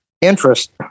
interest